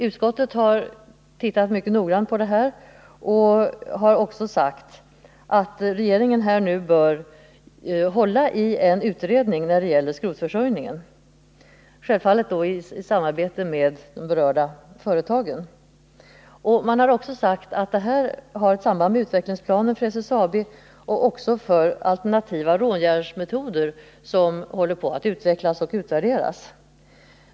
Utskottet har tittat mycket noga på detta och uttalat att regeringen när det gäller skrotförsörjningen bör tillkalla en utredning — självfallet då i samarbete med berörda företag. Man säger också att hithörande frågor har ett samband med utvecklingsplanen för SSAB och för de alternativa råjärnsmetoder som håller på att utvecklas och utvärderas.